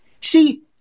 See